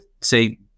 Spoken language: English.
say